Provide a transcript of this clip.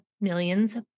millions